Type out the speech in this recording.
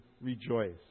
rejoice